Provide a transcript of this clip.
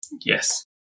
yes